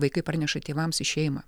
vaikai parneša tėvams į šeimą